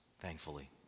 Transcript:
thankfully